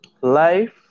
Life